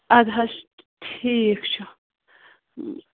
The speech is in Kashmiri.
اَدٕ حظ ٹھیٖک چھُ